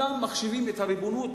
כולם מחשיבים את הריבונות